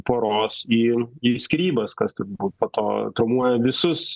poros į skyrybas kas po to traumuoja visus